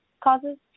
causes